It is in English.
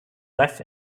less